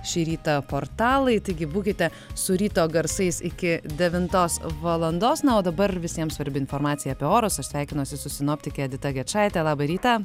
šį rytą portalai taigi būkite su ryto garsais iki devintos valandos na o dabar visiems svarbi informacija apie orus aš sveikinuosi su sinoptike edita gečaite labą rytą